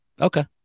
Okay